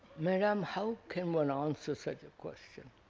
madame, how can one answer such a question?